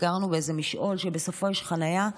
וגרנו באיזה משעול שבסופו יש חניה,